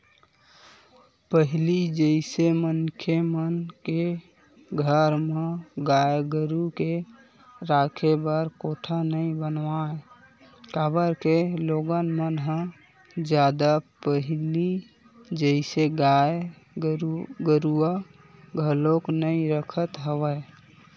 पहिली जइसे मनखे मन के घर म गाय गरु के राखे बर कोठा नइ बनावय काबर के लोगन मन ह जादा पहिली जइसे गाय गरुवा घलोक नइ रखत हवय